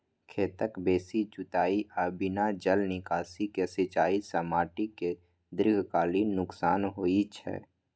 खेतक बेसी जुताइ आ बिना जल निकासी के सिंचाइ सं माटि कें दीर्घकालीन नुकसान होइ छै